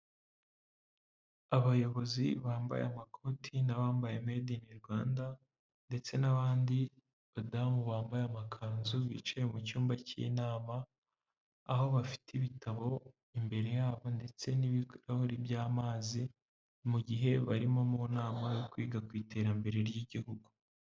Abayobozi bambaye amakoti n'abambaye made ini Rwanda ndetse n'abandi badamu bambaye amakanzu bicaye mu cyumba cy'inama, aho bafite ibitabo imbere yabo ndetse n'ibirahuri by'amazi, mu gihe barimo mu nama yo kwiga ku iterambere ry'igihugu.